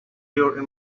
your